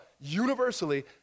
universally